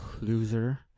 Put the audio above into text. loser